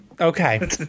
Okay